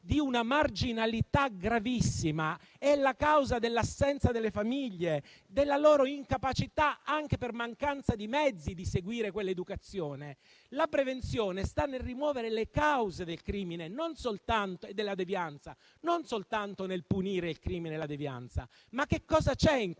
di una marginalità gravissima, dell'assenza delle famiglie e della loro incapacità, anche per mancanza di mezzi, di seguire quell'educazione. La prevenzione sta nel rimuovere le cause del crimine e della devianza, non soltanto nel punire il crimine e la devianza. Che cosa c'è in questo